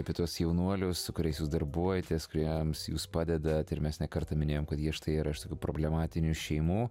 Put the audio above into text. apie tuos jaunuolius su kuriais jūs darbuojatės kuriems jūs padedat ir mes ne kartą minėjom kad jie štai yra iš tokių problematinių šeimų